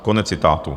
Konec citátu.